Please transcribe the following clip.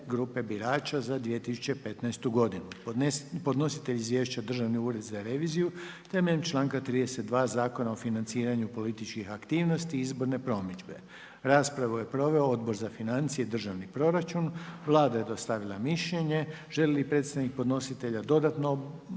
grupe birača za 2015. godinu Podnositelj izvješća je Državni ured za reviziju temeljem članka 32. Zakona o financiranju političkih aktivnosti i izborne promidžbe. Raspravu je proveo Odbor za financije i državni proračun. Vlada je dostavila mišljenje. Želi li predstavnik podnositelja dodatno obrazložiti